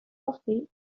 portés